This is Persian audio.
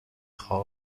خار